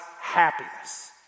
happiness